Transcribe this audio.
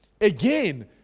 Again